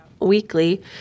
weekly